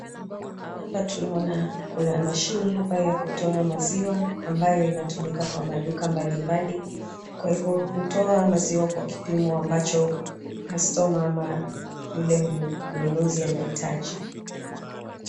Hapa tunaona, kuna mashine hapa ya kutoa maziwa ambayo inatumika kwa maduka mbalimbali, kwa hivo hutoa maziwa kwa kipimo ambacho customer ama yule mnunuzi anahitaji.